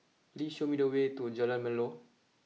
please show me the way to Jalan Melor